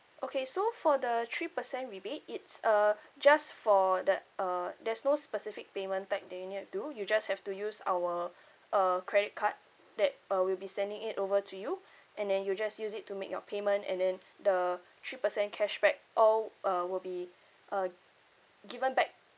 okay so for the three percent rebate it's uh just for the uh there's no specific payment type that you need to do you just have to use our uh credit card that uh we'll be sending it over to you and then you just use it to make your payment and then the three percent cashback all uh would be uh given back